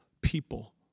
people